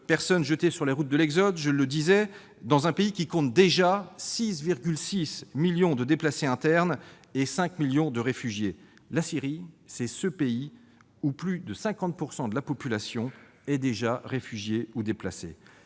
personnes jetées sur les routes de l'exode, dans un pays qui compte déjà 6,6 millions de déplacés internes et 5 millions de réfugiés. En Syrie, plus de 50 % de la population est déjà réfugiée ou déplacée